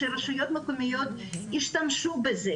שרשויות מקומיות ישתמשו בזה,